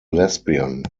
lesbian